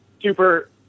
Super